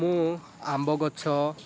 ମୁଁ ଆମ୍ବ ଗଛ